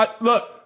Look